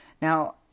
Now